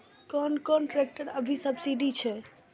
कोन कोन ट्रेक्टर अभी सब्सीडी छै?